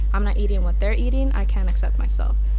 i'm not eating what they're eating. i can't accept myself.